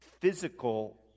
physical